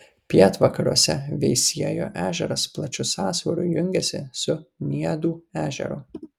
pietvakariuose veisiejo ežeras plačiu sąsiauriu jungiasi su niedų ežeru